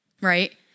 right